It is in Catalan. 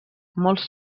molts